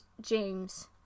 James